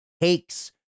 takes